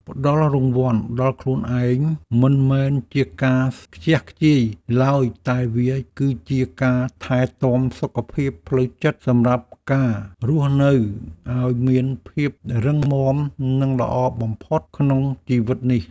ផ្ដល់រង្វាន់ដល់ខ្លួនឯងមិនមែនជាការខ្ជះខ្ជាយឡើយតែវាគឺជាការថែទាំសុខភាពផ្លូវចិត្តសម្រាប់ការរស់នៅឱ្យមានភាពរឹងមាំនិងល្អបំផុតក្នុងជីវិតនេះ។